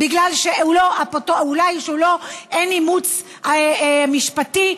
בגלל שאולי אין אימוץ משפטי,